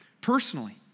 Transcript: personally